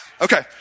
Okay